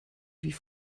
wie